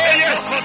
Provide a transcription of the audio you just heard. yes